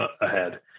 ahead